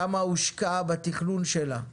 כמה הושקע בתכלול שלה?